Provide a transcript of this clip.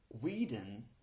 Whedon